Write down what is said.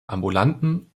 ambulanten